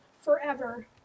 forever